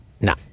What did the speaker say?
No